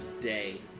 day